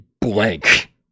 blank